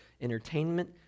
entertainment